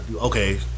Okay